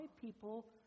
people